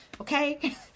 okay